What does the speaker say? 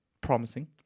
promising